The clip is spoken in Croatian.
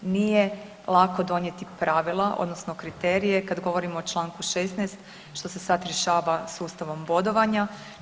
Nije lako donijeti pravila odnosno kriterije kad govorimo o čl. 16. što se sad rješava sustavom bodovanja.